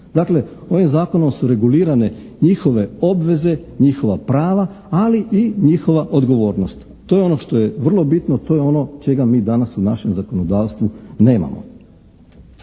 Dakle, ovim zakonom su regulirane njihove obveze, njihova prava, ali i njihova odgovornost. To je ono što je vrlo bitno. To je ono čega mi danas u našem zakonodavstvu nemamo.